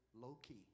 low-key